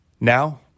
Now